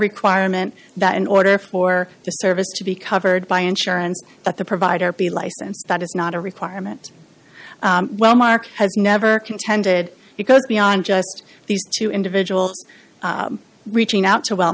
requirement that in order for the service to be covered by insurance that the provider be licensed that is not a requirement well mark has never contended it goes beyond just these two individuals reaching out to well